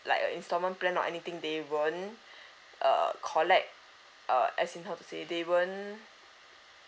like a installment plan or anything they weren't uh collect uh as in how to say they weren't